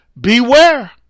Beware